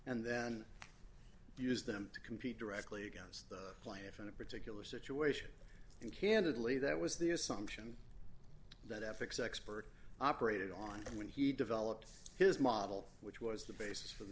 and then used them to compete directly against the plaintiff in a particular situation and candidly that was the assumption that ethics expert operated on and when he developed his model which was the basis for the